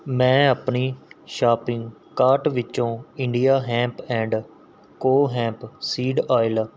ਮੈਂ ਆਪਣੀ shopping cart ਵਿਚੋਂ India hemp and co hemp seed oil